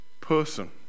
person